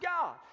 God